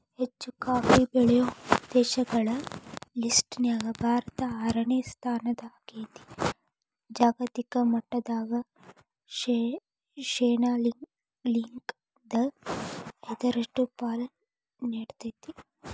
ಹೆಚ್ಚುಕಾಫಿ ಬೆಳೆಯೋ ದೇಶಗಳ ಲಿಸ್ಟನ್ಯಾಗ ಭಾರತ ಆರನೇ ಸ್ಥಾನದಾಗೇತಿ, ಜಾಗತಿಕ ಮಟ್ಟದಾಗ ಶೇನಾಲ್ಕ್ರಿಂದ ಐದರಷ್ಟು ಪಾಲು ನೇಡ್ತೇತಿ